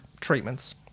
treatments